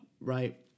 Right